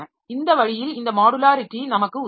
இந்த வழியில் இந்த மாடுலாரிட்டி நமக்கு உதவுகிறது